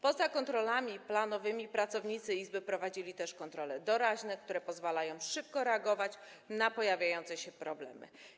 Poza kontrolami planowymi pracownicy izby prowadzili też kontrole doraźne, które pozwalają szybko reagować na pojawiające się problemy.